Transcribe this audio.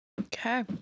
Okay